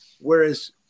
whereas